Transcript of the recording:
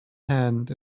hand